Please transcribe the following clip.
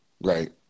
Right